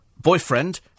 Boyfriend